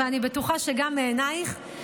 ואני בטוחה שגם מעינייך,